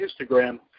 Instagram